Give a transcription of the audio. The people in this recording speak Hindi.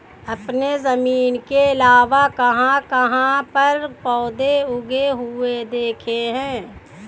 आपने जमीन के अलावा कहाँ कहाँ पर पौधे उगे हुए देखे हैं?